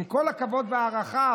עם כל הכבוד וההערכה,